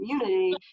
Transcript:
community